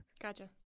Gotcha